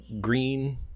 green